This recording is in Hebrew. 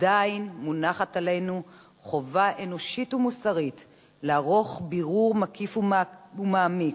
עדיין מוטלת עלינו חובה אנושית ומוסרית לערוך בירור מקיף ומעמיק,